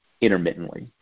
intermittently